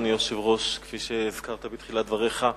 אדוני היושב-ראש, כפי שהזכרת בתחילת דבריך,